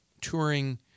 touring